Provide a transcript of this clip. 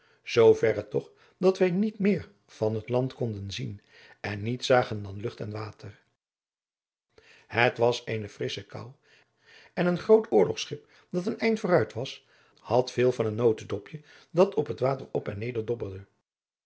zoo verre toch dat wij niet meer van het land konden zien en niets zagen dan lucht en water het was eene frissche koû en een groot oorlogschip dat een eind vooruit was had veel van een notendopje dat op het water op en neder dobberde